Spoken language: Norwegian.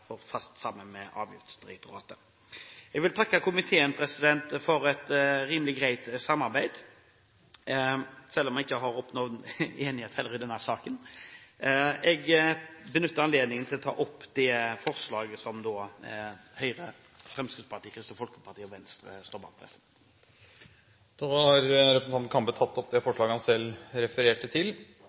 for fast sammen med Avgiftsdirektoratet. Jeg vil takke komiteen for et rimelig greit samarbeid, selv vi ikke har oppnådd enighet heller i denne saken. Jeg benytter anledningen til å ta opp det forslaget som Høyre, Fremskrittspartiet, Kristelig Folkeparti og Venstre står bak. Representanten Arve Kambe har tatt opp det forslaget han refererte til.